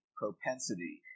propensity